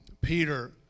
Peter